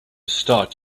start